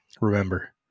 Remember